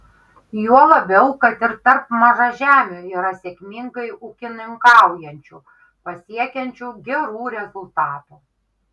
juo labiau kad ir tarp mažažemių yra sėkmingai ūkininkaujančių pasiekiančių gerų rezultatų